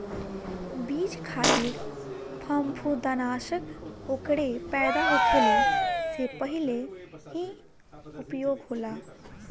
बीज खातिर फंफूदनाशक ओकरे पैदा होखले से पहिले ही उपयोग होला